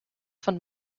von